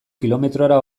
kilometrora